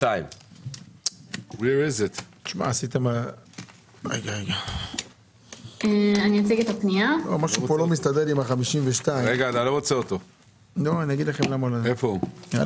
מקבצי דיור ציבורי נועדו לקשישים שיכולים לנהל אורח חיים